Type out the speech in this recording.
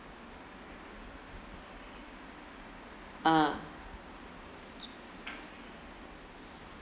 ah